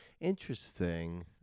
Interesting